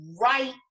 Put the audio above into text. right